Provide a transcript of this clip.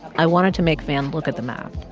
i wanted to make van look at the map.